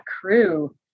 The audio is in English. crew